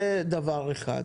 זה דבר אחד.